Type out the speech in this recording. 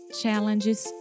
challenges